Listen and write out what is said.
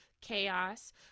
chaos